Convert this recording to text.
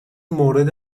مورد